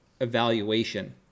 evaluation